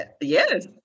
Yes